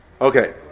Okay